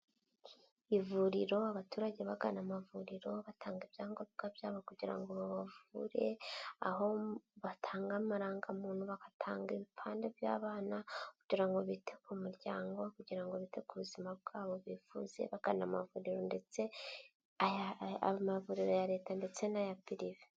Ivuriro abaturage bagana amavuriro batanga ibyangombwa byabo kugira ngo babavure, aho batanga amarangamuntu bagatanga ibipande by'abana, kugira ngo bite ku muryango kugira ngo bite ku buzima bwabo bivuze bagana amavuriro ndetse amavuriro ya leta ndetse n'aya pirive.